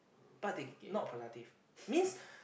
but they not productive means